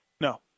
No